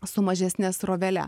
su mažesne srovele